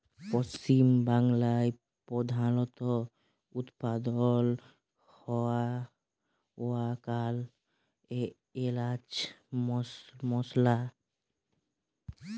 পশ্চিম বাংলায় প্রধালত উৎপাদল হ্য়ওয়া কাল এলাচ মসলা